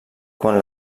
quan